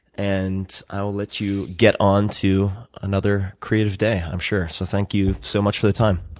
and i will let you get on to another creative day, i'm sure. so thank you so much for the time.